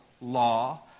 law